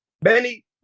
Benny